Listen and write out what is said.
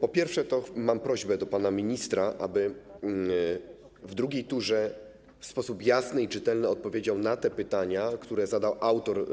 Po pierwsze, mam prośbę do pana ministra, aby w drugiej turze w sposób jasny i czytelny odpowiedział na te pytania, które zadał autor